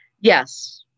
Yes